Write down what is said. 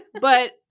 But-